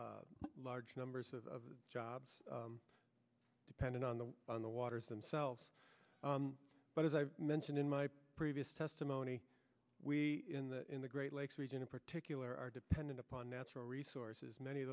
identified large numbers of jobs depended on the on the waters themselves but as i mentioned in my previous testimony we in the in the great lakes region in particular are dependent upon natural resources many of